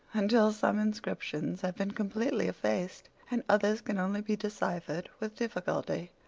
until some inscriptions have been completely effaced, and others can only be deciphered with difficulty.